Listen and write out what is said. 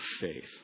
faith